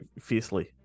fiercely